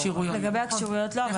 לגבי הכשירויות לא.